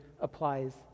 applies